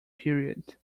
period